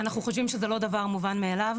אנחנו חושבים שזה לא דבר מובן מאליו.